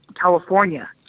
California